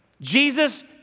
Jesus